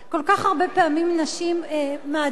כל כך הרבה פעמים נשים מעדיפות,